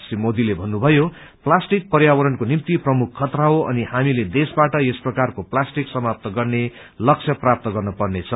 श्री मोदीले भन्नुभयो प्लास्टिक पर्यावरणको निम्ति प्रमुख खतरा हो अनि हामीले देशबाट यस प्रकारको प्लास्टिक समाप्त गर्ने लक्ष्य प्राप्त गर्न पर्नेछ